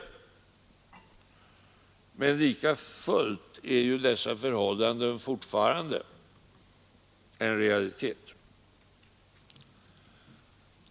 Men likafullt är ju dessa förhållanden fortfarande en realitet.